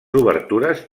obertures